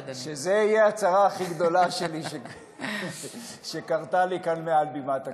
תהיה הצרה הכי גדולה שקרתה לי כאן מעל בימת הכנסת.